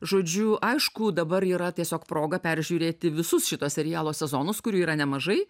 žodžiu aišku dabar yra tiesiog proga peržiūrėti visus šito serialo sezonus kurių yra nemažai